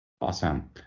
Awesome